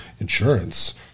Insurance